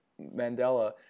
Mandela